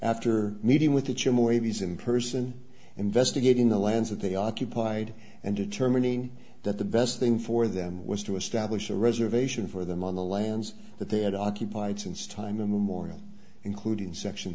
after meeting with the chimney waves in person investigating the lands that they occupied and determining that the best thing for them was to establish a reservation for them on the lands that they had occupied since time immemorial including section